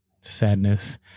sadness